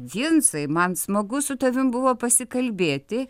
vincai man smagu su tavim buvo pasikalbėti